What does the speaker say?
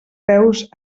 peus